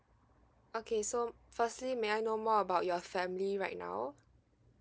okay so firstly may I know more about your family right now